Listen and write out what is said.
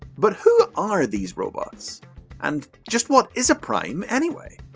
but who are these robots and just what is a prime anyway?